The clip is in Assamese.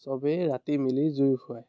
চবেই ৰাতি মিলি জুই ফুৱাই